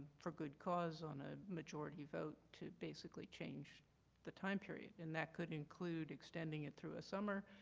for good cause on a majority vote to basically change the time period and that could include extending it through a summer.